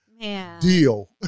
Deal